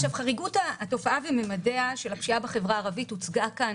חריגות התופעה וממדיה של הפשיעה בחברה הערבית הוצגה כאן